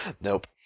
Nope